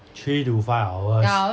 three to five hours